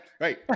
right